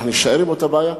אנחנו נישאר עם אותה בעיה.